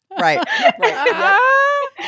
right